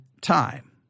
time